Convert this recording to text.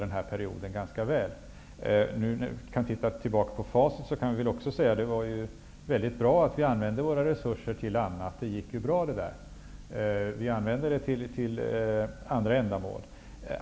När vi nu ser i facit kan vi också säga att det var bra att vi använde våra resurser till andra ändamål. Det gick ju bra.